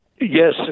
Yes